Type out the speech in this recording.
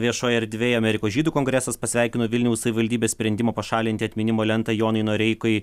viešoje erdvėje amerikos žydų kongresas pasveikino vilniaus savivaldybės sprendimą pašalinti atminimo lentą jonui noreikai